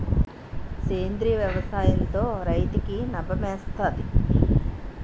సేంద్రీయ వ్యవసాయం తో రైతులకి నాబమే వస్తది